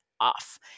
off